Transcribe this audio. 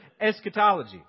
eschatology